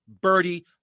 birdie